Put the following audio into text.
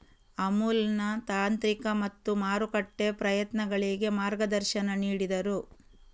ಅಮುಲ್ನ ತಾಂತ್ರಿಕ ಮತ್ತು ಮಾರುಕಟ್ಟೆ ಪ್ರಯತ್ನಗಳಿಗೆ ಮಾರ್ಗದರ್ಶನ ನೀಡಿದರು